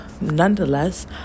Nonetheless